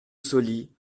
sauli